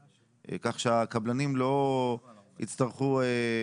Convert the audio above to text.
כך שהקבלנים לא יצטרכו.